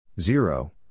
Zero